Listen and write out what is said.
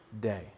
day